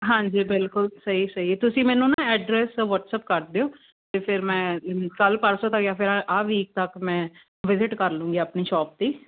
ਹਾਂਜੀ ਬਿਲਕੁਲ ਸਹੀ ਸਹੀ ਤੁਸੀਂ ਮੈਨੂੰ ਨਾ ਐਡਰੈਸ ਵਟਸਅੱਪ ਕਰ ਦਿਓ ਅਤੇ ਫਿਰ ਮੈਂ ਕੱਲ੍ਹ ਪਰਸੋਂ ਤੱਕ ਜਾਂ ਫਿਰ ਆਹ ਵੀਕ ਤੱਕ ਮੈਂ ਵਿਜਿਟ ਕਰ ਲੂੰਗੀ ਆਪਣੀ ਸ਼ੋਪ 'ਤੇ